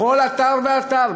בכל אתר ואתר,